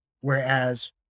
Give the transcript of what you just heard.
Whereas